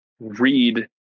read